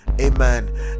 Amen